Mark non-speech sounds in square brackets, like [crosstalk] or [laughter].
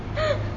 [laughs]